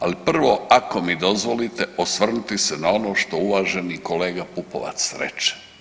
Ali prvo, ako mi dozvolite osvrnuti se na ono što uvaženi kolega Pupovac reče.